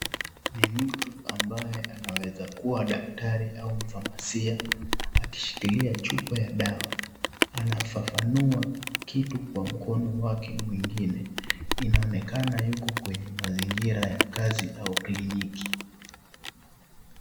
Ni mtu ambaye anawezakuwa daktari au mfamasia akishikilia chupa ya dawa anafafanua kitu kwa mkono wake mwingine inaonekana yuko kwenye mazingira ya kazi au kliniki.